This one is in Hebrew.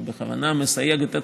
אני בכוונה מסייג את עצמי,